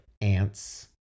ants